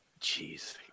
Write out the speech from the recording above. Jeez